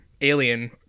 alien